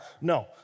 No